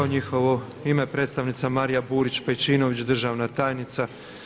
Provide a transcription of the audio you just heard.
U njihovo ime predstavnica Marija Burić Pećinović, državna tajnica.